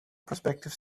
prospective